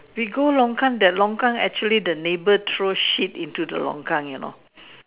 we go longkang that longkang actually the neighbour throw shit into the longkang you know